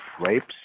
rapes